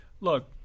look